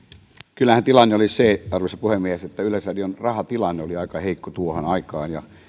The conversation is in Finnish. kyllähän tilanne oli se arvoisa puhemies että yleisradion rahatilanne oli aika heikko tuohon aikaan ja